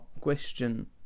question